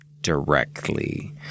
directly